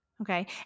okay